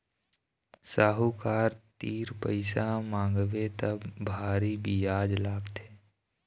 साहूकार तीर पइसा मांगबे त भारी बियाज लागथे